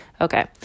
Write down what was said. Okay